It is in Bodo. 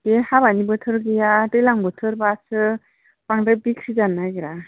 बे हाबानि बोथोर गैया दैज्लां बोथोरबासो बांद्राय बिक्रि जानो नागेरा